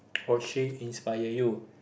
or she inspire you